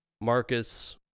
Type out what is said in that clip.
Marcus